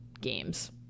games